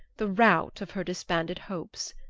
the rout of her disbanded hopes.